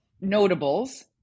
notables